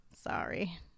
Sorry